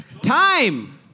Time